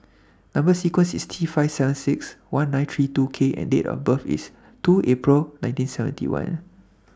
Number sequence IS T five seven six one nine three two K and Date of birth IS two April one thousand nine hundred and seventy one